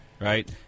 right